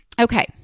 okay